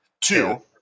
Two